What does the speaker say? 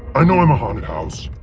i know i'm a haunted house.